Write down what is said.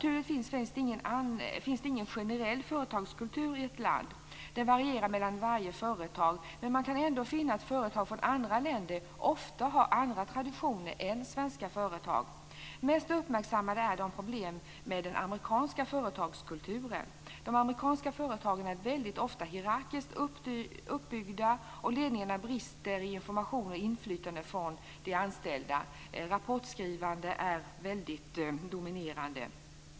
Det finns naturligtvis ingen generell företagskultur i ett land - det varierar mellan varje företag - men man kan ändå finna att företag från andra länder ofta har andra traditioner än svenska företag. Mest uppmärksammade är problemen med den amerikanska företagskulturen. De amerikanska företagen är väldigt ofta hierarkiskt uppbyggda, och ledningarna brister när det gäller information till och inflytande från de anställda. Rapportskrivande är väldigt dominerande.